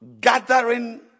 gathering